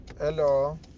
Hello